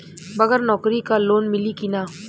बगर नौकरी क लोन मिली कि ना?